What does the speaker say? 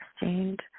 exchange